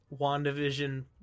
WandaVision